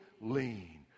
lean